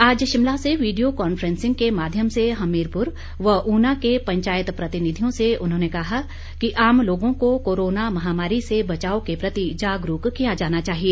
आज शिमला से video conferencing के माध्यम से हमीरपुर व ऊना के पंचायत प्रतिनिधियों से उन्होंने कहा कि आम लोगों को कोरोना महामारी से बचाव के प्रति जागरूक किया जाना चाहिए